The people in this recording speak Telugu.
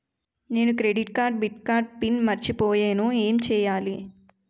నేను క్రెడిట్ కార్డ్డెబిట్ కార్డ్ పిన్ మర్చిపోయేను ఎం చెయ్యాలి?